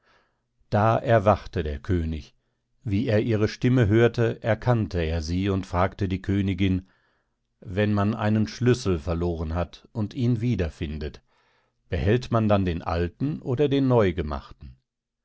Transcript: da erwachte der könig wie er ihre stimme hörte erkannte sie und fragte die königin wenn man einen schlüssel verloren hat und ihn wieder findet behält man dann den alten oder den neugemachten